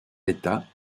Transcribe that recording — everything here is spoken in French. états